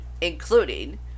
including